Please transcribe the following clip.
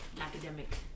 academic